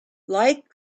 like